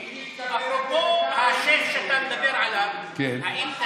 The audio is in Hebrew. אפרופו השייח' שאתה מדבר עליו, האם אתה